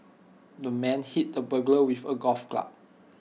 the man hit the burglar with A golf club